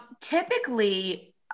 Typically